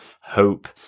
hope